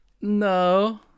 No